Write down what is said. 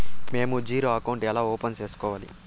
మేము zero account ఎలా open సేసుకోవాలి